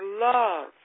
love